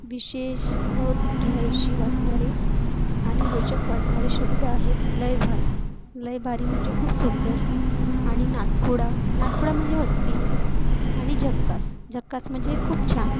विशेष नोंद घ्यावीशी वाटणारे आणि रोचक वाटणारे शब्द आहेत लय भारी लय भारी म्हणजे खूप सुंदर आणि नादखुळा नादखुळा म्हणजे हट्टी आणि झक्कास झक्कास म्हणजे खूप छान